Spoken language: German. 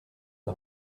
der